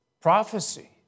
prophecy